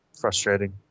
frustrating